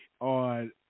on